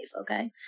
okay